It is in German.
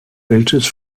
welches